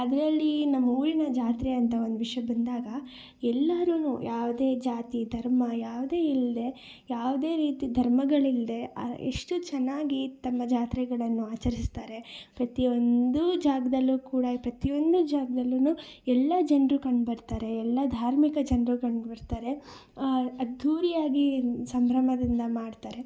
ಅದರಲ್ಲಿ ನಮ್ಮೂರಿನ ಜಾತ್ರೆ ಅಂತ ಒಂದು ವಿಷ್ಯಕ್ಕೆ ಬಂದಾಗ ಎಲ್ಲಾರು ಯಾವುದೇ ಜಾತಿ ಧರ್ಮ ಯಾವುದೂ ಇಲ್ಲದೆ ಯಾವುದೇ ರೀತಿ ಧರ್ಮಗಳಿಲ್ಲದೆ ಇಷ್ಟು ಚೆನ್ನಾಗಿ ತಮ್ಮ ಜಾತ್ರೆಗಳನ್ನು ಆಚರಿಸ್ತಾರೆ ಪ್ರತಿಯೊಂದು ಜಾಗದಲ್ಲೂ ಕೂಡ ಪ್ರತಿಯೊಂದು ಜಾಗ್ದಲ್ಲೂ ಎಲ್ಲ ಜನರು ಕಂಡುಬರ್ತಾರೆ ಎಲ್ಲ ಧಾರ್ಮಿಕ ಜನರು ಕಂಡುಬರ್ತಾರೆ ಅದ್ಧೂರಿಯಾಗಿ ಸಂಭ್ರಮದಿಂದ ಮಾಡ್ತಾರೆ